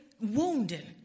wounded